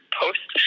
post